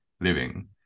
living